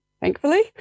thankfully